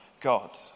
God